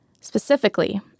Specifically